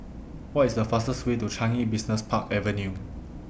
What IS The fastest Way to Changi Business Park Avenue